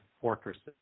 fortresses